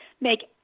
Make